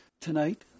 tonight